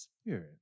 Spirit